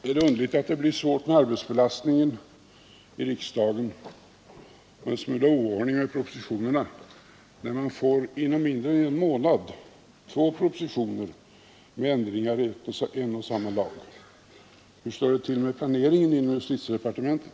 Är det underligt att det blir svårt med arbetsbelastningen i riksdagen och en smula oordning med propositionerna när man inom mindre än en månad får två propositioner med förslag till ändringar i en och samma lag! Hur står det till med planeringen inom justitiedepartementet?